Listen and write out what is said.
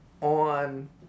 on